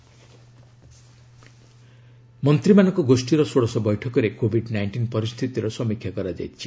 Covid ହସ୍କିଟାଲ୍ ମନ୍ତ୍ରୀମାନଙ୍କ ଗୋଷ୍ଠୀର ଷୋଡ଼ଶ ବୈଠକରେ କୋଭିଡ୍ ନାଇଣ୍ଟିନ୍ ପରିସ୍ଥିତିର ସମୀକ୍ଷା କରାଯାଇଛି